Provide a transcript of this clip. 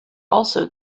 also